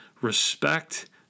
respect